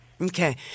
Okay